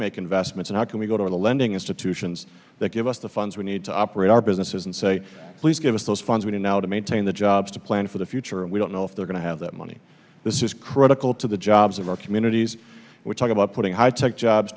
make investment and how can we go to the lending institutions that give us the funds we need to operate our businesses and say please give us those funds we need now to maintain the jobs to plan for the future and we don't know if they're going to have that money this is critical to the jobs of our communities we're talking about putting high tech jobs